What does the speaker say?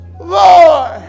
Lord